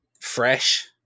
fresh